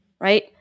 right